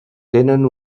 tenen